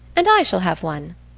and i shall have one,